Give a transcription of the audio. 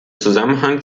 zusammenhang